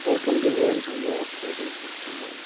تۅہہِ کٕم ڈِزایِن چھِو ضروٗرت تُہۍ کٕم سوٗٹ چھِو ضروٗرت